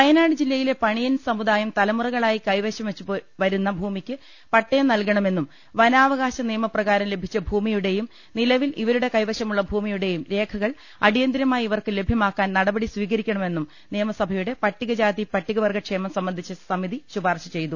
വയനാട് ജില്ലയിലെ പണിയൻ സമുദായം തലമുറകളായി കൈവശം വെച്ചുവരുന്ന ഭൂമിക്ക് പട്ടയം നൽകണമെന്നും വനാവ കാശ നിയമപ്രകാരം ലഭിച്ച ഭൂമിയുടേയും നിലവിൽ ഇവരുടെ കൈവശമുളള ഭൂമിയുടെയും രേഖകൾ അടിയന്തരമായി ഇവർക്ക് ലഭ്യമാക്കാൻ നടപടി സ്വീകരിക്കണമെന്നും നിയമസഭയുടെ പട്ടി കജാതി പട്ടികവർഗക്ഷേമം സംബന്ധിച്ചു സമിതി ശുപാർശ ചെയ്തു